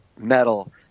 metal